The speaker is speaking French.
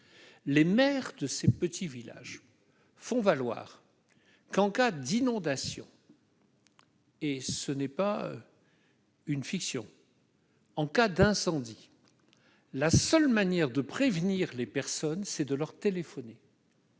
Les maires de ces petits villages font valoir qu'en cas d'inondation- ce n'est pas une fiction -ou d'incendie la seule manière de prévenir les habitants est de leur téléphoner.